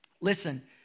listen